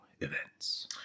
events